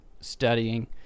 studying